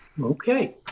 Okay